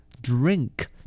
Drink